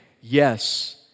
yes